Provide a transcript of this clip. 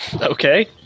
Okay